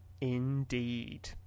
Indeed